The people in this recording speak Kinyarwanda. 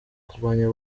kurwanya